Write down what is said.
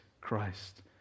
Christ